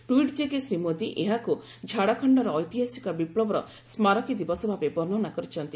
tweet ଯୋଗେ ଶ୍ରୀ ମୋଦି ଏହାକୁ ଝାଡ଼ଖଣ୍ଡର ଐତିହାସିକ ବିପ୍ଳବର ସ୍କାରକୀ ଦିବସ ଭାବେ ବର୍ଷନା କରିଛନ୍ତି